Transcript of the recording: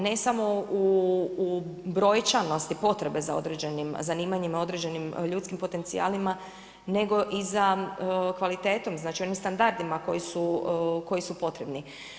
Ne samo u brojčanosti potrebe za određenim zanimanjima, određenim ljudskim potencijalima, nego i za kvalitetnom, znači onim standardima koji su potrebni.